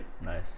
Nice